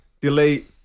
delete